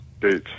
dates